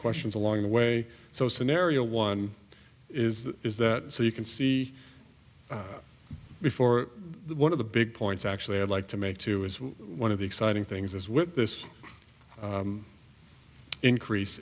questions along the way so scenario one is is that so you can see before the one of the big points actually i'd like to make two is one of the exciting things as well this increase